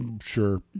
Sure